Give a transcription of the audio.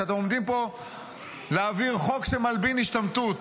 כשאתם עומדים פה להעביר חוק שמלבין השתמטות.